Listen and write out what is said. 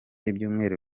ibyumweru